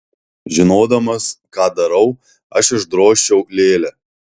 žinodamas ką darau aš išdrožčiau lėlę